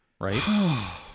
right